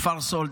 כפר סאלד,